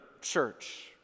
church